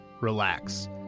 relax